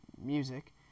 music